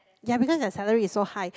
yea because they're salary is so high